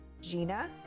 Gina-